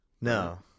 No